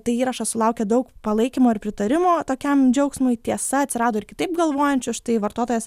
tai įrašas sulaukė daug palaikymo ir pritarimo tokiam džiaugsmui tiesa atsirado ir kitaip galvojančių štai vartotojas